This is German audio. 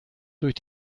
durch